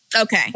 okay